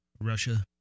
Russia